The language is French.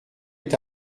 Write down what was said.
est